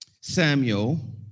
Samuel